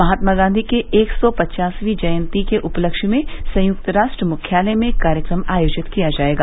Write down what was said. महात्मा गांधी के एक सौ पचासवी जयंती के उपलक्ष्य में संयुक्त राष्ट्र मुख्यालय में कार्यक्रम आयोजित किया जायेगा